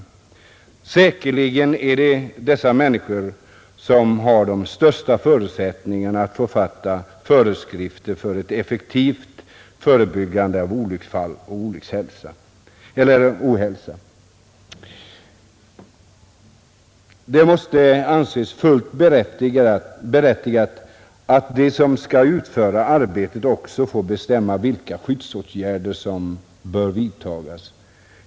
Säkerligen är det dessa människor som har de största förutsättningarna att författa föreskrifter för ett effektivt förebyggande av olycksfall och ohälsa. Det måste anses fullt berättigat att de som skall utföra arbetet också får bestämma vilka skyddsåtgärder som bör vidtagas.